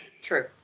True